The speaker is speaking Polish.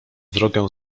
drogę